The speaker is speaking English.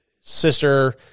sister